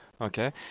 okay